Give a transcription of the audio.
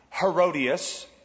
Herodias